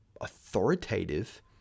authoritative